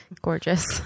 Gorgeous